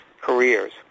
careers